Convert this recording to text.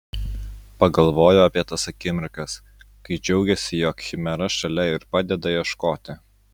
pagalvojo apie tas akimirkas kai džiaugėsi jog chimera šalia ir padeda ieškoti